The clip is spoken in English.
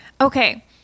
Okay